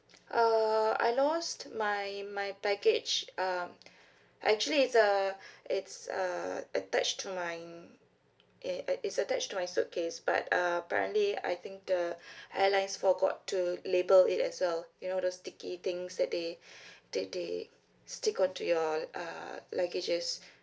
uh I lost my my baggage um actually it's uh it's uh attached to my um it it it's attached to my suitcase but uh apparently I think the airlines forgot to label it as well you know the sticky things that they that they stick onto your uh luggages